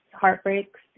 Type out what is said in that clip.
heartbreaks